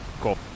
Cool